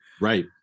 Right